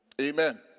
Amen